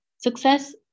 Success